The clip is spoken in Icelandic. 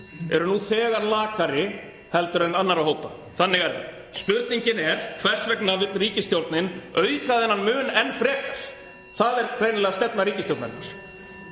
eru nú þegar lakari heldur en annarra hópa. Þannig er það. (Forseti hringir.) Spurningin er: Hvers vegna vill ríkisstjórnin auka þennan mun enn frekar? Það er greinilega stefna ríkisstjórnarinnar.